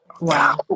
Wow